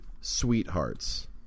sweethearts